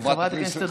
חברת הכנסת הדרוזית.